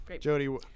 Jody